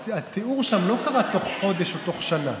התיאור שם לא קרה תוך חודש או תוך שנה,